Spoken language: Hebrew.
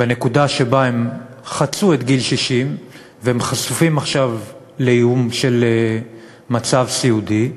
בנקודה שבה הם חצו את גיל 60 והם חשופים עכשיו לאיום של מצב סיעודי,